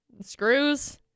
screws